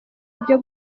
ibyo